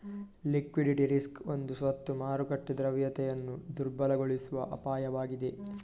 liquidity risk ಒಂದು ಸ್ವತ್ತು ಮಾರುಕಟ್ಟೆ ದ್ರವ್ಯತೆಯನ್ನು ದುರ್ಬಲಗೊಳಿಸುವ ಅಪಾಯವಾಗಿದೆ